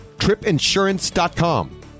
Tripinsurance.com